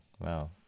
Wow